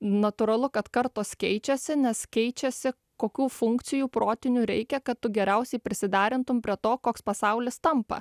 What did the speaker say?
natūralu kad kartos keičiasi nes keičiasi kokių funkcijų protinių reikia kad tu geriausiai prisiderintum prie to koks pasaulis tampa